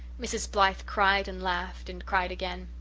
mrs. blythe cried and laughed and cried again.